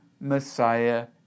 Messiah